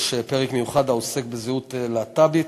יש פרק מיוחד העוסק בזהות להט"בית,